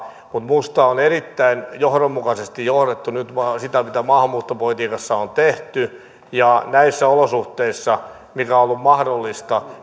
mutta minusta on erittäin johdonmukaisesti johdettu nyt sitä mitä maahanmuuttopolitiikassa on tehty ja mikä näissä olosuhteissa on on ollut mahdollista